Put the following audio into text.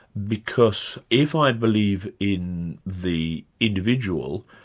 because if i believe in the individual,